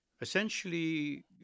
Essentially